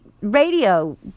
radio